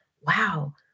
wow